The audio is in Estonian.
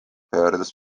pöördus